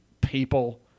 people